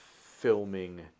filming